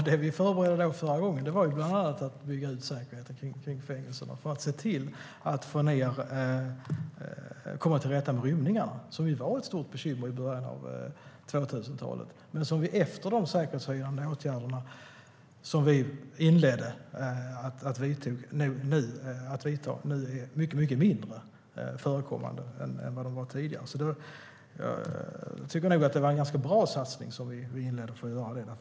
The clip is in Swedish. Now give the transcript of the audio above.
Herr talman! Det vi gjorde förra gången var bland annat att bygga ut säkerheten på fängelserna för att komma till rätta med rymningarna, som var ett stort bekymmer i början av 2000-talet. Efter de säkerhetshöjande åtgärder som vi vidtog är dessa nu mycket mindre förekommande än tidigare. Jag tycker nog att det var en ganska bra satsning som vi inledde för att göra det.